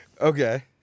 Okay